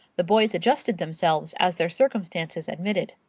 the boys adjusted themselves as their circumstances admitted.